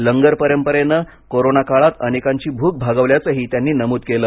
लंगर परंपरेनं कोरोना काळात अनेकांची भूक भागवल्याचंही त्यांनी नमूद केलं